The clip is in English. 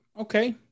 okay